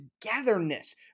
togetherness